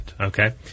okay